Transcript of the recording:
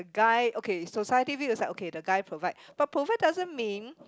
guy okay society view is like okay the guy provide but provide doesn't mean